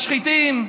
משחיתים.